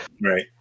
Right